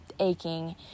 aching